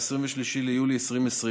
23 ביולי 2020,